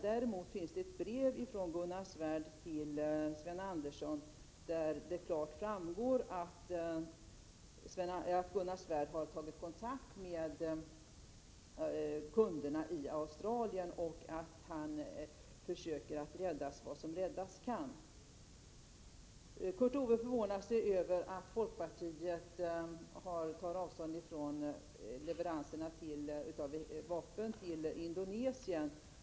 Däremot finns det ett brev från Gunnar Svärd till Sven Andersson, där det klart framgår att Gunnar Svärd har tagit kontakt med kunderna i Australien och att han försöker att rädda vad som räddas kan. Kurt Ove Johansson förvånade sig över att folkpartiet tar avstånd från leveranserna av vapen till Indonesien.